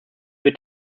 wird